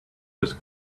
just